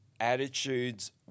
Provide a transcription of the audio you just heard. attitudes